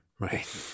right